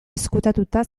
ezkutatuta